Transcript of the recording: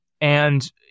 And-